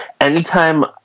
anytime